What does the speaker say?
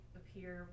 appear